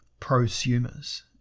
prosumers